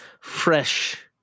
fresh